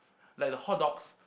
like the hotdogs